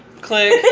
Click